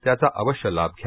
त्याचा अवश्य लाभ घ्या